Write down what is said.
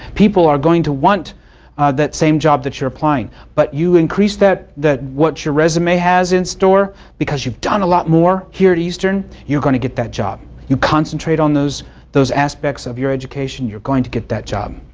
people are going to want that same job that you are applying. but you increase that that what your resume has in store, because you've done a lot more here at eastern, you are going to get that job. you concentrate on those those aspects of your education, you are going to get that job.